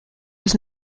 was